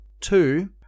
two